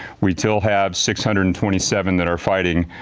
we still have six hundred and twenty seven that are fighting.